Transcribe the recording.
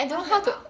what's it about